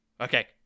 Okay